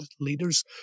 leaders